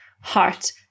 heart